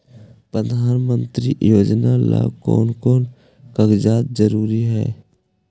प्रधानमंत्री योजना ला कोन कोन कागजात जरूरी है?